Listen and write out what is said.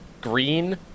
green